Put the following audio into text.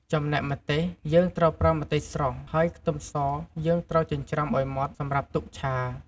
ចំណែកម្ទេស យើងត្រូវប្រើម្ទេសស្រស់ ហើយខ្ទឹមសយើងត្រូវចិញ្រ្ចាំឲ្យម៉ដ្ឋសម្រាប់ទុកឆា។